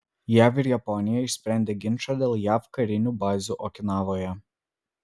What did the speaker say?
jav ir japonija išsprendė ginčą dėl jav karinių bazių okinavoje